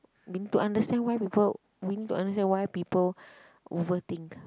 need to understand why people we need to understand why people overthink